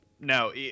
No